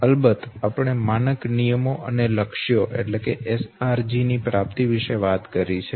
અલબત્ત આપણે માનક નિયમો અને લક્ષ્યો ની પ્રાપ્તિ વિશે વાત કરી છે